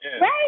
right